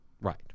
Right